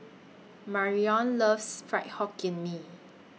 Marrion loves Fried Hokkien Mee